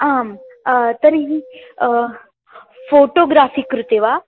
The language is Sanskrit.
आम् तर्हि फ़ोटोग्राफ़ि कृते वा